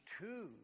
two